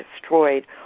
destroyed